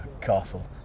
Castle